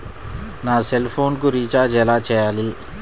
నా సెల్ఫోన్కు రీచార్జ్ ఎలా చేయాలి?